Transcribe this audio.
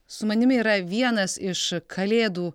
su manimi yra vienas iš kalėdų